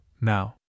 now